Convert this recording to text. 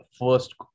first